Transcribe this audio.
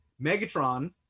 Megatron